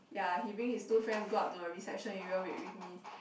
ya he bring his two friends go up to the reception area wait with me